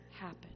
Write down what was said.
happen